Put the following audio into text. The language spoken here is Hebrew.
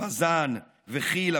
בז"ן וחי"ל,